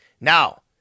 Now